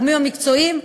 הגורמים המקצועיים,